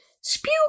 spew